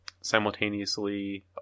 simultaneously